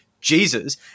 Jesus